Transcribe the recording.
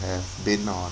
have been on